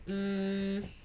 mm